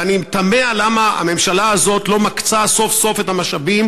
ואני תמה למה הממשלה הזאת לא מקצה סוף-סוף את המשאבים